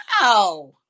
Wow